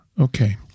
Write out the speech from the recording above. okay